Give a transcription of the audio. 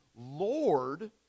Lord